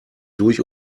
durch